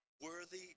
Worthy